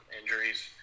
injuries